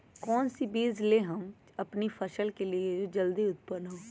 कौन सी बीज ले हम अपनी फसल के लिए जो जल्दी उत्पन हो?